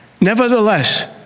nevertheless